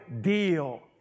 deal